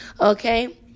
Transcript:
okay